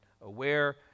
aware